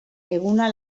eguna